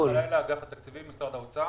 מאגף התקציבים, משרד האוצר.